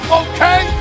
okay